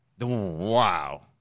Wow